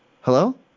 Hello